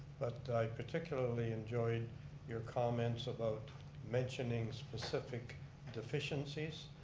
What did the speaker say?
but i particularly enjoyed your comments about mentioning specific deficiencies,